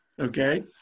Okay